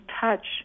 touch